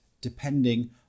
depending